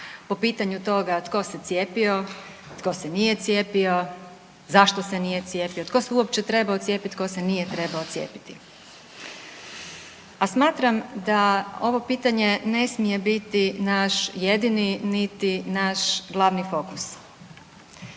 po pitanju toga tko se cijepio, tko se nije cijepio, zašto se nije cijepio, tko se uopće trebao cijepit, tko se nije trebao cijepiti. A smatram da ovo pitanje ne smije biti naš jedini niti naš glavni fokus.